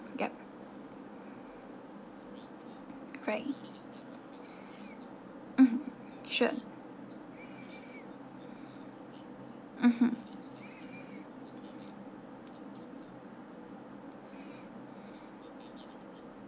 yup right mmhmm sure mmhmm